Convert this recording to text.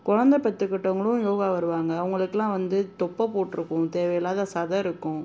குழந்தை பெற்றுக்கிட்டவுங்களும் யோகா வருவாங்க அவங்களுக்குலாம் வந்து தொப்பை போட்டிருக்கும் தேவையில்லாத சதை இருக்கும்